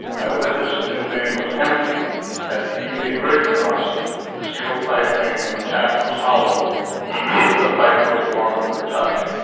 i witness. the new main was empty at the evy bridge crossing the steel pipe main when tapped was hollow the pipe was warm to the touch.